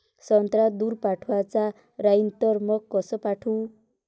संत्रा दूर पाठवायचा राहिन तर मंग कस पाठवू?